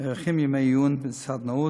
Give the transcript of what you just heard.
נערכים ימי עיון וסדנאות